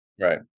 Right